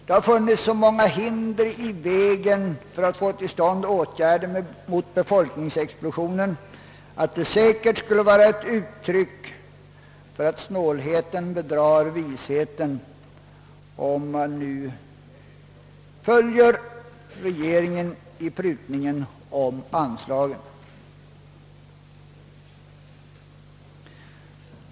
Det har rests så många hinder i vägen för åtgärder mot befolkningsexplosionen att det med rätta kunde göras gällande, att man skulle låta snålheten bedra visheten om man följde regeringen i dess prutning på anslaget.